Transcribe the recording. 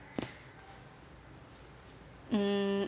hmm